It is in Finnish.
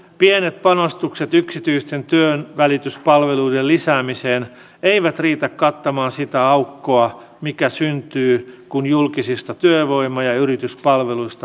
pienet panostukset yksityisten työnvälityspalveluiden lisäämiseen eivät riitä kattamaan sitä aukkoa mikä syntyy kun julkisista työvoima ja yrityspalveluista vähennetään resursseja